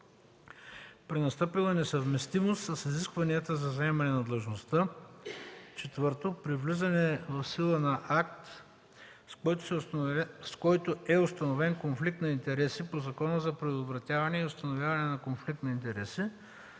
при настъпила несъвместимост с изискванията за заемане на длъжността; 4. при влизане в сила на акт, с който е установен конфликт на интереси по Закона за предотвратяване и установяване на конфликт на интереси.